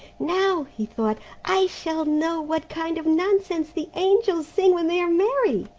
now, he thought, i shall know what kind of nonsense the angels sing when they are merry.